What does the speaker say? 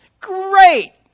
great